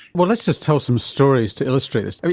well let's just tell some stories to illustrate this.